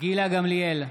גילה גמליאל,